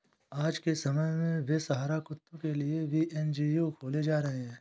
आज के समय में बेसहारा कुत्तों के लिए भी एन.जी.ओ खोले जा रहे हैं